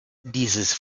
dieses